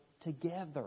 together